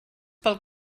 pel